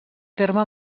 terme